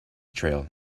trail